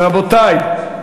ורבותי,